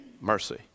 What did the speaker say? mercy